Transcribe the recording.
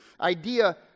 idea